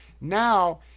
Now